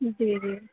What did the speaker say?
جی جی